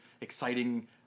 exciting